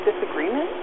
disagreement